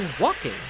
walking